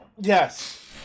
yes